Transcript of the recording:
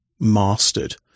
mastered